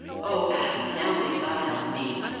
oh, adam! now may god help me!